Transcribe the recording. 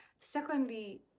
Secondly